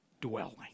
dwelling